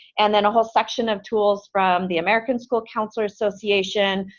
and then a whole section of tools from the american school counselor association.